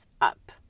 up